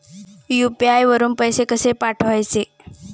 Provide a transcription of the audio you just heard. UPI वरून पैसे कसे पाठवायचे?